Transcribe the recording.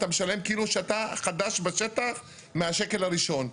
אתה משלם כאילו שאתה חדש בשטח מהשקל הראשון.